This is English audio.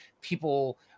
people